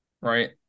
right